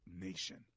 nation